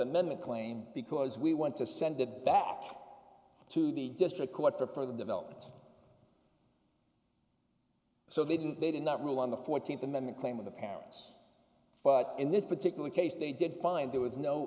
amendment claim because we want to send it back to the district court for further development so they didn't they did not rule on the fourteenth amendment claim of the parents but in this particular case they did find there was no